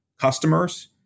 customers